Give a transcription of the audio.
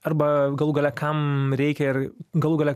arba galų gale kam reikia ir galų gale